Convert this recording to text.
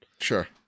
sure